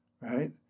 right